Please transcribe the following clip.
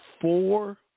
four